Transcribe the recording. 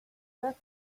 work